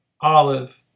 olive